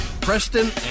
Preston